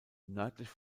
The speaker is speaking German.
nördlich